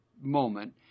moment